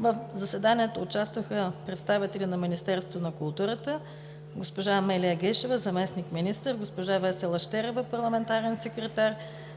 В заседанието участваха представители от Министерството на културата: Амелия Гешева – заместник-министър, Весела Щерева –парламентарен секретар,